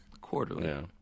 quarterly